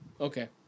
Okay